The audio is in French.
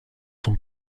sont